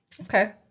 Okay